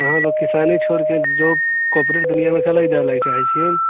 तऽ अहाँ किसानी छोड़ि कऽ जॉब कोरपोरेट दुनिआँमे काहे ले जायके चाहै छियै